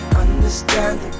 understand